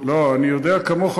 --- אני יודע כמוך,